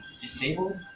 disabled